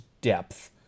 depth